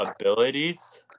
abilities